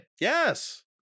Yes